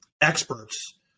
experts